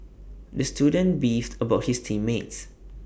the student beefed about his team mates